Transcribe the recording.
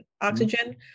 oxygen